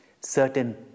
certain